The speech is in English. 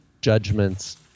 judgments